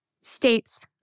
states